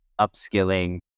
upskilling